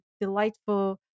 delightful